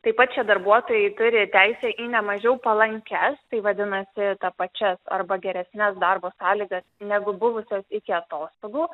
taip pat šie darbuotojai turi teisę į ne mažiau palankias tai vadinasi tapačias arba geresnes darbo sąlygas negu buvusios iki atostogų